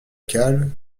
cale